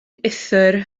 uthr